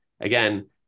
Again